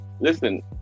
Listen